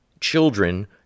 children